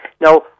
Now